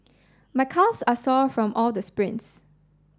my calves are sore from all the sprints